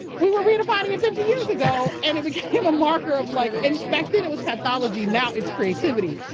we were redefining it fifty years ago and it became a marker of. like and back then it was pathology, now it's creativity.